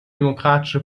demokratische